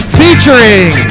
featuring